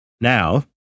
Now